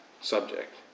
subject